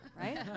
right